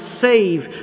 save